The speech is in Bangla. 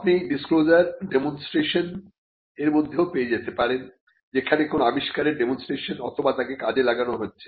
আপনি ডিসক্লোজার ডেমনস্ট্রেশন এর মধ্যেও পেয়ে যেতে পারেন যেখানে কোন আবিষ্কারের ডেমনস্ট্রেশন অথবা তাকে কাজে লাগানো হচ্ছে